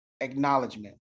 acknowledgement